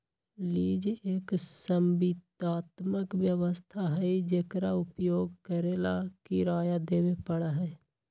lease एक संविदात्मक व्यवस्था हई जेकरा उपयोग करे ला किराया देवे पड़ा हई